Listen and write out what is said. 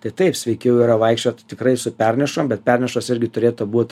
tai taip sveikiau yra vaikščiot tikrai su pernešom bet pernešos irgi turėtų būt